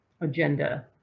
agenda